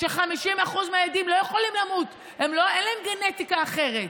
50% מהילדים לא יכולים למות, אין להם גנטיקה אחרת.